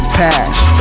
past